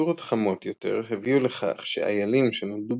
טמפרטורות חמות יותר הביאו לכך שאיילים נולדו